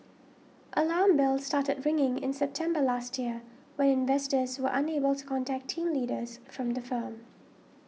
alarm bells started ringing in September last year when investors were unable to contact team leaders from the firm